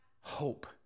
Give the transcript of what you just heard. hope